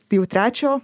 tai jau trečio